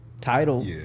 title